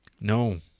No